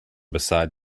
beside